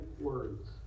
words